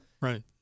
Right